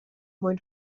mwyn